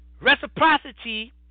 Reciprocity